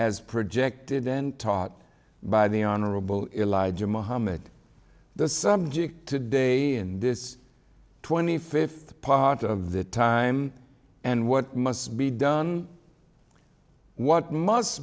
as projected and taught by the honorable elijah muhammad the subject today in this twenty fifth part of the time and what must be done what must